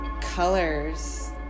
colors